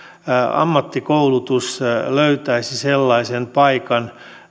ammattikoulutus löytäisi sellaisen paikan